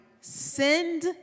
send